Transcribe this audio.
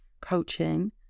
coaching